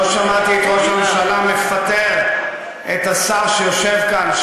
לא שמעתי את ראש הממשלה מפטר את השר שיושב כאן,